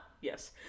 Yes